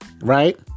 Right